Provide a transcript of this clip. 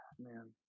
Man